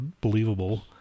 believable